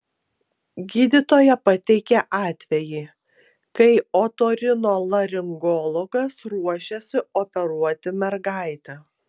gydytoja pateikė atvejį kai otorinolaringologas ruošėsi operuoti mergaitę